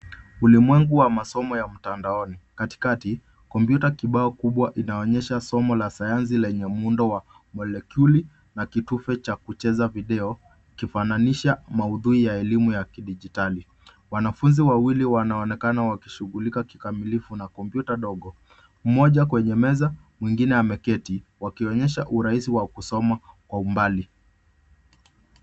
Ulimwengu wa masomo ya mtandaoni, katika kompyuta kibao kubwa inaonyesha somo la sayansi lenye muundo wa molekyuli na kitufe cha kucheza video, kifananisha maudhui ya elimu ya kidijitali. Wanafunzi wawili wanaonekana wakishugulika kikamilifu na kompyuta ndogo, mmoja kwenye meza, mwingine ameketi, wakionyesha urahisi wa kusoma kwa umbali.